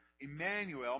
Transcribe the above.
Emmanuel